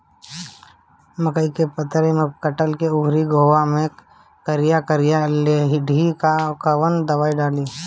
मकई में पतयी कटल बा अउरी गोफवा मैं करिया करिया लेढ़ी बा कवन दवाई डाली?